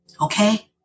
Okay